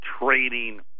trading